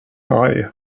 haj